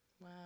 Wow